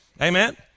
Amen